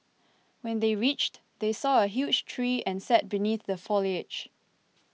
when they reached they saw a huge tree and sat beneath the foliage